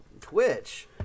Twitch